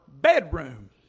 bedroom